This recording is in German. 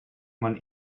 man